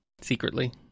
secretly